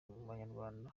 banyarwanda